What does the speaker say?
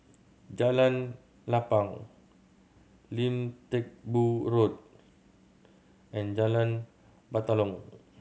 Jalan Lapang Lim Teck Boo Road and Jalan Batalong